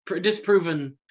Disproven